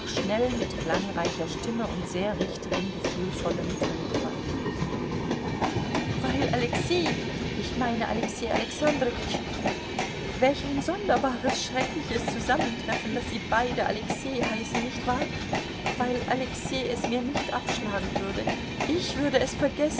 schnell mit klangreicher stimme und sehr richtigem gefühlvollem tonfall weil alexei ich meine alexei alexandrowitsch welch ein sonderbares schreckliches zusammentreffen daß sie beide alexei heißen nicht wahr weil alexei es mir nicht abschlagen würde ich würde es vergessen